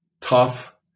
tough